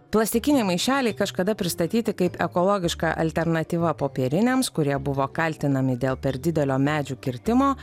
plastikiniai maišeliai kažkada pristatyti kaip ekologiška alternatyva popieriniams kurie buvo kaltinami dėl per didelio medžių kirtimo